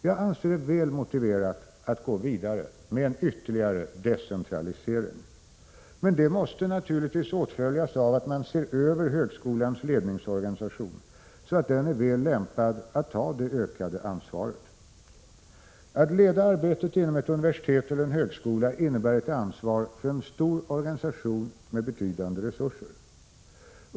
Jag anser det vara väl motiverat att gå vidare med en ytterligare decentralisering. Men den måste naturligtvis åtföljas av att man ser över högskolans ledningsorganisation, så att den är väl lämpad att ta detta ökade ansvar. Att leda arbetet inom ett universitet eller inom en högskola innebär ett ansvar för en stor organisation med betydande resurser.